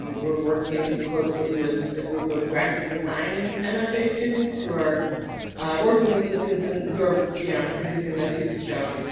um we're working closely with a group of graphic design mfa students who are working with the students and who are you know producing their thesis show